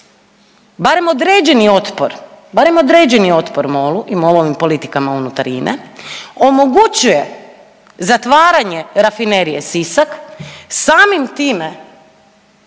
barem određeni otpor, barem određeni otpor MOL-u i MOL-ovim politikama unutar INE, omogućuje zatvaranje Rafinerije Sisak samim time